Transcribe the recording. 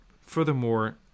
furthermore